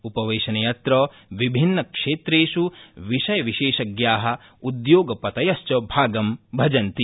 उपवेशनेऽत्र विभिन्नक्षेत्रेष् विषयविशेषज्ञा उद्योगपतयश्च भागं भजन्ति